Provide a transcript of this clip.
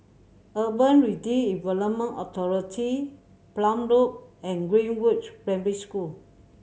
Urban Redevelopment Authority Palm Road and Greenridge Primary School